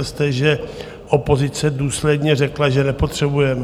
Řekl jste, že opozice důsledně řekla, že nepotřebujeme.